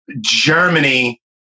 germany